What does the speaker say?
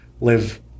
live